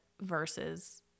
versus